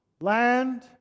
land